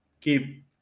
keep